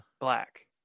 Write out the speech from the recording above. Black